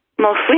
mostly